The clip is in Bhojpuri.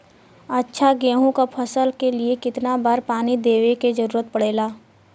अच्छा गेहूँ क फसल के लिए कितना बार पानी देवे क जरूरत पड़ेला?